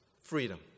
Freedom